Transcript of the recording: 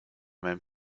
même